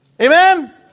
Amen